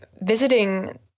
visiting